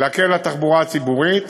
להקל על התחבורה הציבורית,